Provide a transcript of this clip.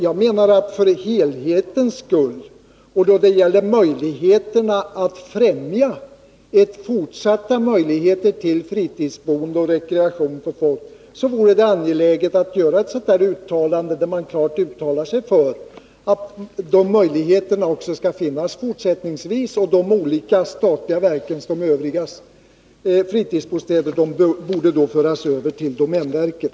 Jag menar att för helhetens skull och för att främja fortsatta möjligheter till fritidsboende och rekreation för folk är det angeläget att uttala sig för att de statliga verkens fritidsbostäder bör föras över till domänverket.